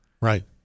right